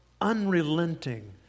unrelenting